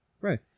Right